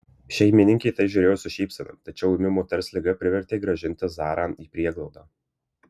šeimininkė į tai žiūrėjo su šypsena tačiau ūmi moters liga privertė grąžinti zarą į prieglaudą